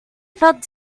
felt